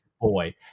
boy